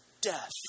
death